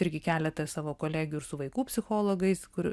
irgi keletą savo kolegių ir su vaikų psichologais kur